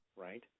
right